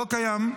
לא קיים.